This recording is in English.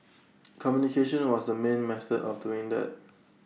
communication was the main method of doing that